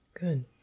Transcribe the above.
Good